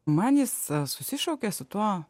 man jis susišaukia su tuo